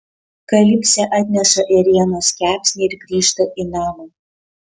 kalipsė atneša ėrienos kepsnį ir grįžta į namą